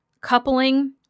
coupling